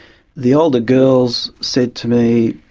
the older girls said to me,